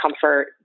comfort